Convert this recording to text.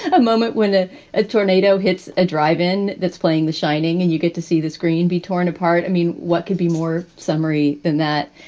a moment when ah a tornado hits a drive in that's playing the shining and you get to see the screen be torn apart. i mean, what could be more summery than that?